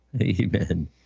Amen